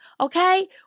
Okay